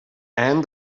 and